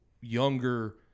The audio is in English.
younger